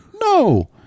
No